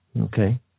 Okay